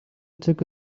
took